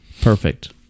Perfect